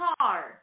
car